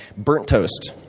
burnt toast,